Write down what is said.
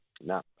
no